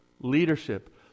Leadership